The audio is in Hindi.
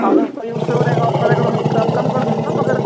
अगर कोई उसपे और एक आफर है तो मैं कम कम कर दूंगा मगर